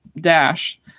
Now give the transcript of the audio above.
dash